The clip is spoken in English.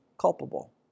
culpable